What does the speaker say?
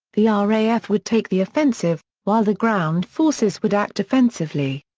the ah raf would take the offensive, while the ground forces would act defensively.